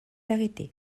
arrêtée